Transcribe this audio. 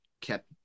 kept